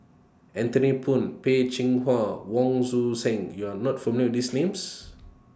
Anthony Poon Peh Chin Hua Wong Tuang Seng YOU Are not familiar with These Names